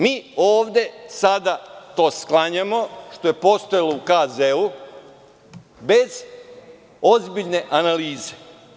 Mi ovde sada to sklanjamo što je postojalo u KZ, bez ozbiljne analize.